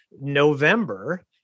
November